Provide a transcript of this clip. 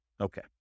Okay